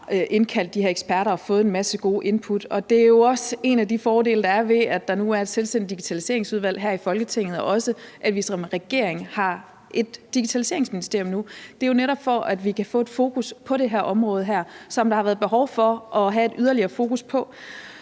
indkaldt de her eksperter og fået en masse gode input, og det er jo også en af de fordele, der er, ved at der nu er et selvstændigt digitaliseringsudvalg her i Folketinget, og ved at vi også som regering har et digitaliseringsministerium. Det er jo netop, for at vi kan få et fokus på det her område, som der har været behov for at have et yderligere fokus på.